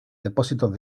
depósitos